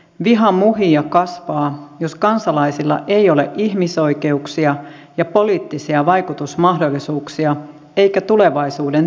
viha muhii ja kasvaa jos kansalaisilla ei ole ihmisoikeuksia ja poliittisia vaikutusmahdollisuuksia eikä tulevaisuudentoivoa